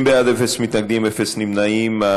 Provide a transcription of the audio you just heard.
30 בעד, אין מתנגדים, אין נמנעים.